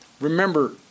remember